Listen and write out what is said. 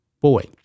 Boy